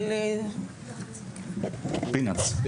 peanuts.